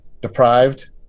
deprived